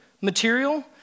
material